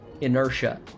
inertia